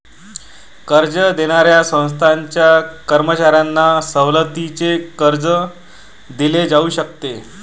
कर्ज देणाऱ्या संस्थांच्या कर्मचाऱ्यांना सवलतीचे कर्ज दिले जाऊ शकते